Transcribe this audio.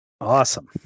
awesome